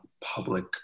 public